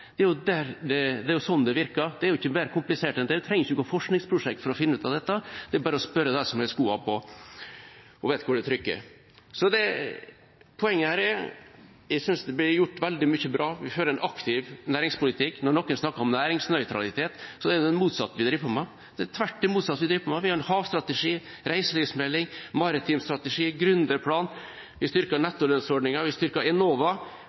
Det er jo slik det virker. Det er ikke mer komplisert enn det. Man trenger ikke et forskningsprosjekt for å finne ut av dette. Det er bare å spørre dem som har skoene på, og som vet hvor de trykker. Poenget er at jeg synes det blir gjort veldig mye bra. Vi fører en aktiv næringspolitikk. Når noen snakker om næringsnøytralitet, er det det motsatte vi driver med. Vi har en havstrategi, en reiselivsmelding, en maritim strategi, en gründerplan, vi styrker nettolønnsordningen, vi styrker Enova,